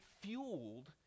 fueled